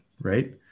Right